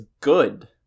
good